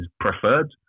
preferred